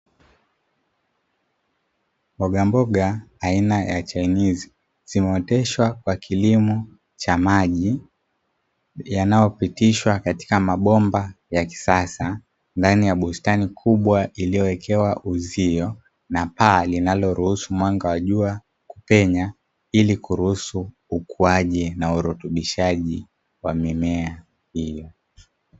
Mbogamboga aina ya chainizi zimeoteshwa kwa kilimo cha maji yanayopitishwa katika mabomba ya kisasa ndani ya bustani kubwa iliyowekewa uzio na paa, linaloruhusu mwanga wa jua kupenya ili kuruhusu ukuaji na urutubishaji wa mimea hiyo.